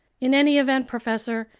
in any event, professor,